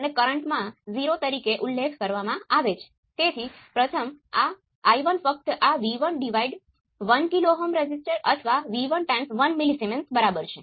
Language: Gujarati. તેથી હું પહેલા આને પ્રથમ ઇક્વેશન માં બદલીશ મારી પાસે Vs V1 × Gs એ y11 V1 y12 V2 છે